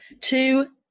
Two